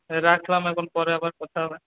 রাখলাম এখন পরে আবার কথা হবে